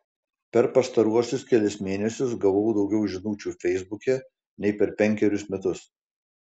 per pastaruosius kelis mėnesius gavau daugiau žinučių feisbuke nei per penkerius metus